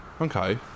Okay